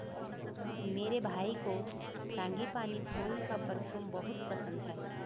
मेरे भाई को फ्रांगीपानी फूल का परफ्यूम बहुत पसंद है